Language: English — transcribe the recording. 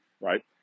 right